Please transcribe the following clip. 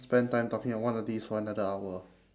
spend time talking at one of these for another hour